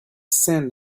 sand